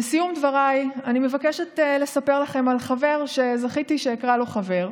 לסיום דבריי אני מבקשת לספר לכם על חבר שזכיתי שאקרא לו חבר.